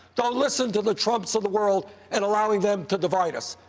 don't listen to the trumps of the world and allowing them to divide us.